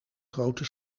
grote